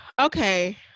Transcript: okay